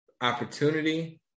opportunity